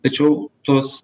tačiau tos